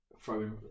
throwing